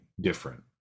different